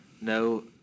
no